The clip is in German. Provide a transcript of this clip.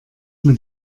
mit